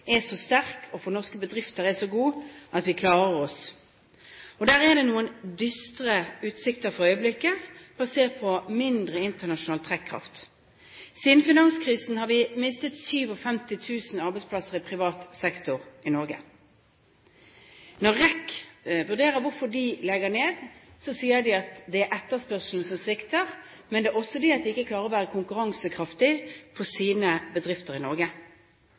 er så sterk og for norske bedrifter så god at vi klarer oss. Der er det noen dystre utsikter for øyeblikket, basert på mindre internasjonal trekkraft. Siden finanskrisen har vi mistet 57 000 arbeidsplasser i privat sektor i Norge. Når REC vurderer hvorfor de legger ned, sier de at det er etterspørselen som svikter, men det er også det at de ikke klarer å være konkurransekraftige med sine bedrifter i Norge.